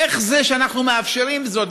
איך זה שאנחנו מאפשרים זאת?